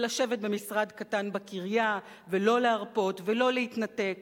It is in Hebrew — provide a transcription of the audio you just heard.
ולשבת במשרד קטן בקריה ולא להרפות ולא להתנתק,